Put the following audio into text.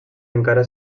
encara